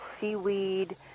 seaweed